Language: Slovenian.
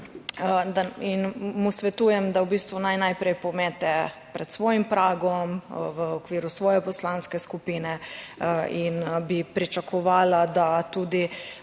In mu svetujem, da v bistvu naj najprej pomete pred svojim pragom v okviru svoje poslanske skupine in bi pričakovala, da tudi